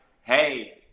hey